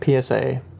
PSA